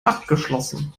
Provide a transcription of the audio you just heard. abgeschlossen